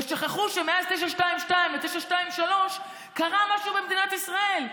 ושכחו שמאז 922 ו-923 קרה משהו במדינת ישראל,